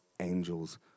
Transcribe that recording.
Angels